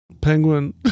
Penguin